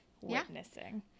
witnessing